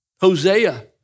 Hosea